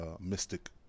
mystic